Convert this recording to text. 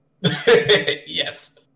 Yes